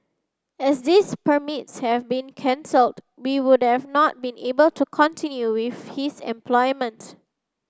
as these permits have been cancelled we would not be able to continue with his employment